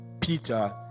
Peter